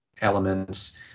elements